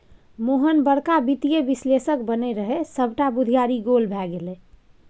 मोहन बड़का वित्तीय विश्लेषक बनय रहय सभटा बुघियारी गोल भए गेलै